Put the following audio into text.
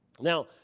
Now